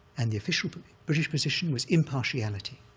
and the official but british position was impartiality.